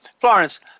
Florence